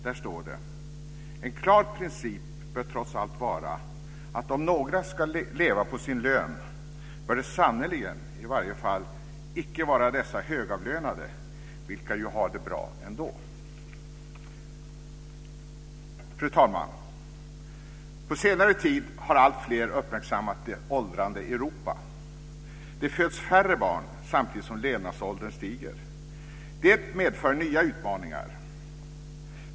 Där står det: En klar princip bör trots allt vara, att om några ska leva på sin lön, bör det sannerligen i varje fall icke vara dessa högavlönade, vilka ju ha det bra ändå! Fru talman! På senare tid har alltfler uppmärksammat det åldrande Europa. Det föds färre barn, samtidigt som levnadsåldern stiger. Det medför nya utmaningar.